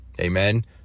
Amen